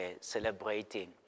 celebrating